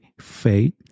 faith